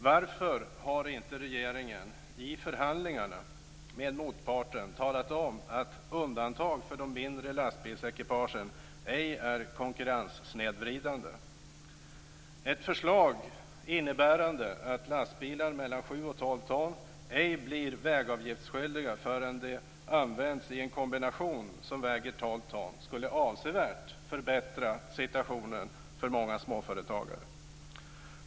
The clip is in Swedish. Varför har regeringen inte i förhandlingarna med motparten talat om att undantag för de mindre lastbilsekipagen ej är konkurrenssnedvridande? Ett förslag innebärande att lastbilar på mellan 7 och 12 ton ej blir vägavgiftsskyldiga förrän de används i en kombination där vikten är 12 ton skulle avsevärt förbättra situationen för många småföretagare.